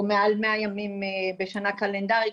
או מעל מאה ימים בשנה קלנדרית,